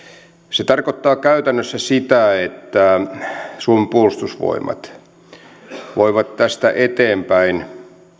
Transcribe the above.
se tarkoittaa käytännössä sitä että suomen puolustusvoimat voi tästä eteenpäin